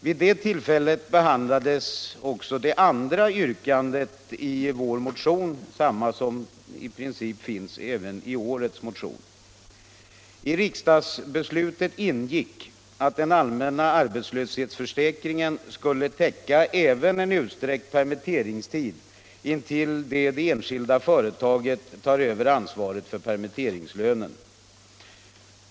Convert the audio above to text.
Vid det tillfället behandlades också ett motionsyrkande från oss som i princip var detsamma som yrkandet under punkten 2 i årets motion. I riksdagsbeslutet ingick att den allmänna arbetslöshetsförsäkringen skulle täcka även en utsträckt permitteringstid till dess att det enskilda företaget tar över ansvaret för permitteringslönen.